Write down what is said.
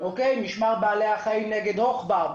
משמר בעלי החיים נגד הוכב- --,